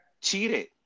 cheated